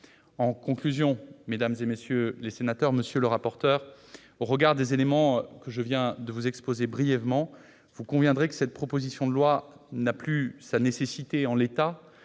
de la mesure. Mesdames, messieurs les sénateurs, monsieur le rapporteur, au regard des éléments que je viens de vous exposer brièvement, vous admettrez que cette proposition de loi ne présente plus de nécessité en l'état